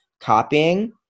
copying